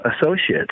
associates